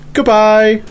Goodbye